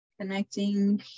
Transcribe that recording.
connecting